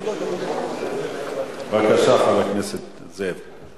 בבקשה, חבר הכנסת זאב.